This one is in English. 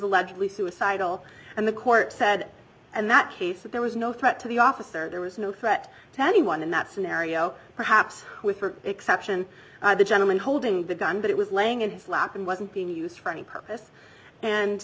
allegedly suicidal and the court said and that case that there was no threat to the officer there was no threat to anyone in that scenario perhaps with the exception of the gentleman holding the gun but it was laying in his lap and wasn't being used for any purpose and